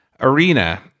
arena